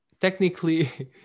technically